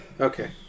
Okay